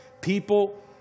People